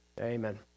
Amen